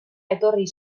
etorri